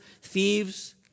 thieves